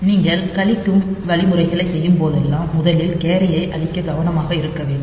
நீங்கள் கழிக்கும் வழிமுறைகளை செய்யும் போதெல்லாம் முதலில் கேரியை அழிக்க கவனமாக இருக்க வேண்டும்